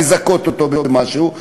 לזכות אותו במשהו,